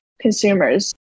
consumers